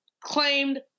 claimed